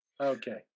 Okay